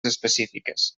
específiques